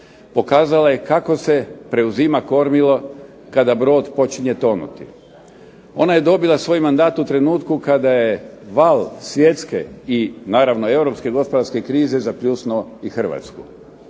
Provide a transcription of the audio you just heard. pokazala je kako se preuzima kormilo kada brod počinje tonuti. Ona je dobila svoj mandat u trenutku kada je val svjetske i naravno europske gospodarske krize zapljusnuo i Hrvatsku.